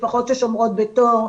משפחות ששומרות בתור,